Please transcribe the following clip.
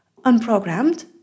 unprogrammed